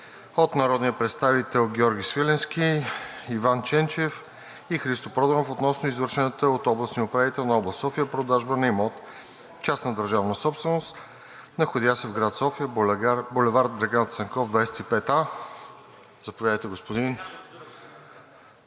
от народните представители Георги Свиленски, Иван Ченчев и Христо Проданов относно извършената от областния управител на област София продажба на имот – частна държавна собственост, находящ се в гр. София, бул. „Драган Цанков“ 25А. НИКОЛАЙ НАНКОВ